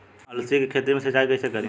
अलसी के खेती मे सिचाई कइसे करी?